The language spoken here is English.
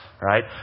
right